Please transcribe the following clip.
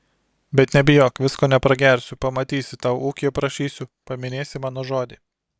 bet nebijok visko nepragersiu pamatysi tau ūkį aprašysiu paminėsi mano žodį